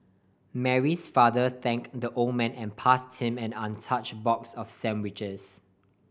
Mary's father thanked the old man and passed him an untouch box of sandwiches